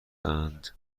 اند